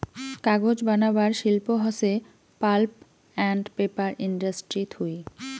কাগজ বানাবার শিল্প হসে পাল্প আন্ড পেপার ইন্ডাস্ট্রি থুই